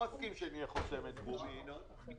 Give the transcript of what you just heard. מסכים שנהיה חותמת גומי, ינון.